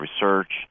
research